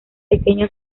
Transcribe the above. pequeño